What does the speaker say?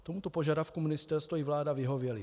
Tomuto požadavku ministerstvo i vláda vyhověly.